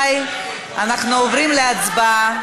אנחנו עוברים להצבעה.